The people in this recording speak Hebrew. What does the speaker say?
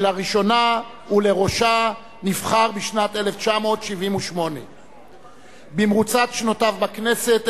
שלראשה נבחר בשנת 1978. במרוצת שנותיו בכנסת,